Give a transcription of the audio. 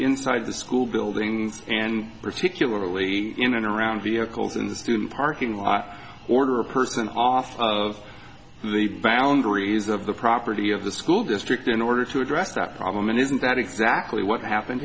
inside the school buildings and particularly in and around vehicles in the student parking lot order a person off of the boundaries of the property of the school district in order to address that problem and isn't that exactly what happened